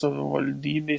savivaldybės